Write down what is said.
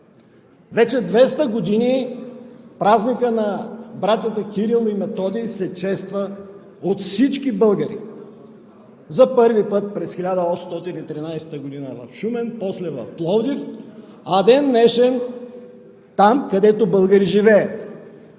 Вече 200 години празникът на братята Кирил и Методий се чества от всички българи – за първи път през 1813 г. в Шумен, после в Пловдив, до ден днешен – там, където живеят